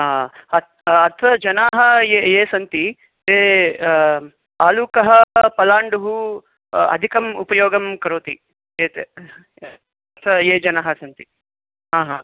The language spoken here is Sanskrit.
ह अत्र अत्र जनाः ये ये सन्ति ते आलुकं पलाण्डुः अधिकम् उपयोगं करोति एतत् ये जनाः सन्ति हा हा